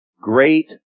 great